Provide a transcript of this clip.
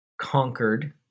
conquered